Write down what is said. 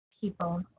people